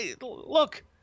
look